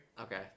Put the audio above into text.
Okay